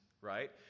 right